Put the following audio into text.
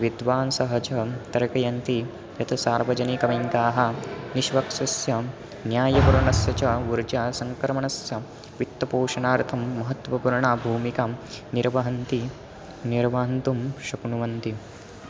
विद्वांसः च तर्कयन्ति यत् सार्वजनिकबेङ्काः निष्पक्षस्य न्यायपूर्णस्य च ऊर्जासङ्क्रमणस्य वित्तपोषणार्थं महत्त्वपूर्णां भूमिकां निर्वहन्ति निर्वहन्तुं शक्नुवन्ति